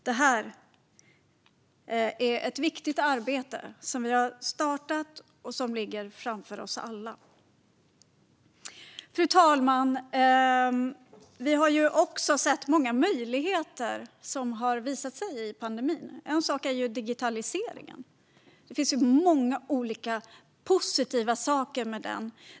Detta är ett viktigt arbete som vi har startat och som ligger framför oss alla. Fru talman! Vi har också sett många möjligheter som har visat sig i pandemin. En sådan är digitaliseringen. Det finns många olika positiva saker med den.